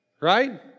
Right